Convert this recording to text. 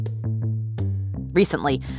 Recently